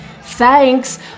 Thanks